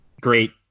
great